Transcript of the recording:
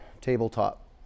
Tabletop